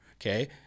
Okay